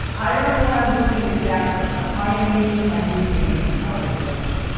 i don't know what i'm doing exactly. but i am making my new paintings out of this.